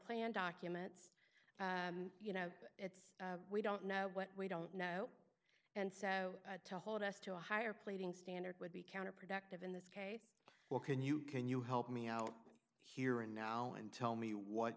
plan documents you know it's we don't know what we don't know and so to hold us to a higher pleading standard would be counterproductive in this case well can you can you help me out here and now and tell me what